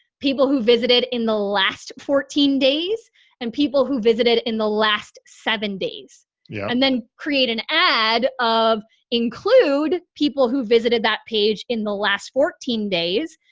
people who visited in the last fourteen days and people who visited in the last seven days yeah and then create an ad of include people who visited that page in the last fourteen days,